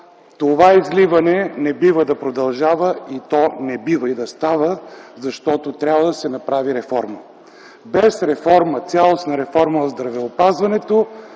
Това изливане не бива да продължава, не бива и да става, защото трябва да се направи реформа! Без реформа, без цялостна реформа в здравеопазването